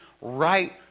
right